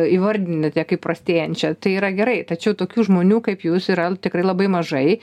įvardinate kaip prastėjančią tai yra gerai tačiau tokių žmonių kaip jūs yra tikrai labai mažai